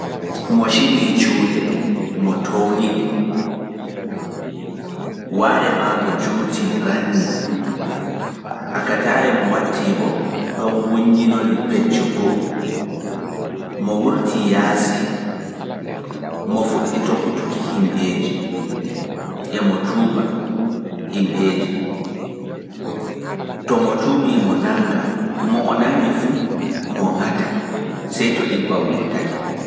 Mo shiɓi jande, ware waare maako juuti ranni, akatare mako e wunnyini pecco go'o, mo wurti yaasi mo fuɗɗi tokkutuki himɓeeji. Mo tuuɓa himɓe mo nanga mo ngata sai to ibbam wurtake